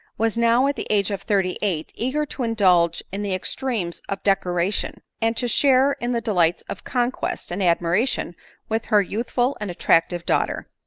was now, at the age of thirty eight, eager to indulge in the extremes of decoration, and to share in the delights of conquest and admiration with her youthful and attractive daughter.